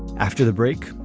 after the break,